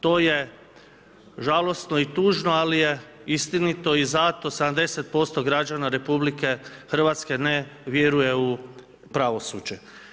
To je žalosno i tužno ali je istinito i zato 70% građana RH ne vjeruje u pravosuđe.